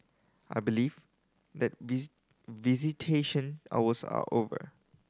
I believe that visitation hours are over